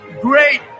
great